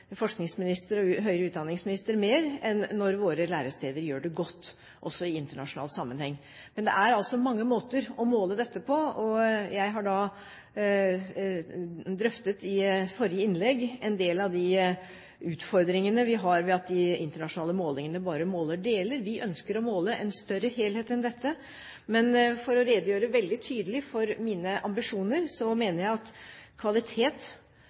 en forsknings- og høyere utdanningsminister mer enn at våre læresteder gjør det godt også i internasjonal sammenheng. Men det er altså mange måter å måle dette på, og jeg drøftet i mitt forrige innlegg en del av de utfordringene vi har ved at de internasjonale målingene bare måler deler. Vi ønsker å måle en større helhet enn dette. Men for å redegjøre veldig tydelig for mine ambisjoner: